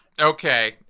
Okay